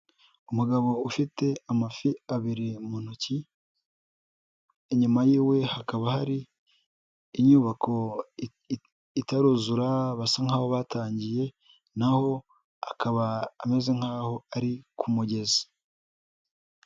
Umugabo ufite amafi abiri mu ntoki, inyuma y'iwe hakaba hari inyubako itaruzura basa nkaho batangiye, naho akaba ameze nkaho ari ku mugezi.